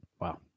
Wow